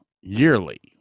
yearly